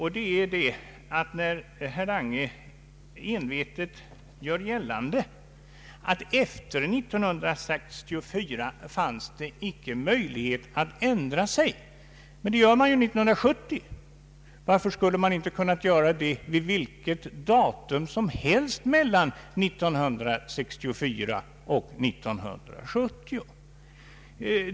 Herr Lange gör envetet gällande att det efter 1964 icke fanns möjlighet att ändra sig. Men det gör man ju 1970, och varför skulle man inte ha kunnat göra det vid vilket datum som helst mellan 1964 och 1970?